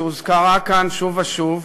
שהוזכרה כאן שוב ושוב,